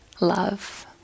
love